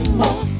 more